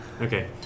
Okay